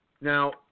Now